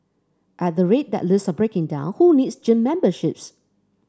at the rate that lifts are breaking down who needs gym memberships